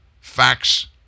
facts